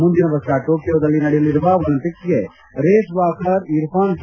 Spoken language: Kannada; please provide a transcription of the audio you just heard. ಮುಂದಿನ ವರ್ಷ ಟೋಕಿಯೋದಲ್ಲಿ ನಡೆಯಲಿರುವ ಒಲಂಪಿಕ್ಸ್ಗೆ ರೇಸ್ ವಾಕರ್ ಇರ್ಫಾನ್ ಕೆ